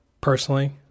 personally